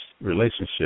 relationship